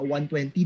120